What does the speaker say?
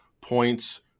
points